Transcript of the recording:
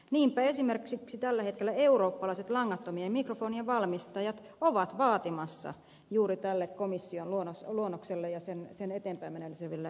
niinpä esimerkiksi tällä hetkellä eurooppalaiset langattomien mikrofonien valmistajat ovat vaatimassa juuri tämän komission luonnoksen eteenpäin menemiselle aikalisää